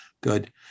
good